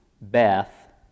Beth